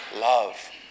love